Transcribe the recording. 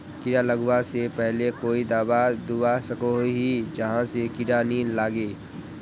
कीड़ा लगवा से पहले कोई दाबा दुबा सकोहो ही जहा से कीड़ा नी लागे?